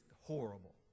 horrible